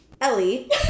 Ellie